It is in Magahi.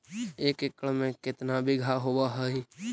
एक एकड़ में केतना बिघा होब हइ?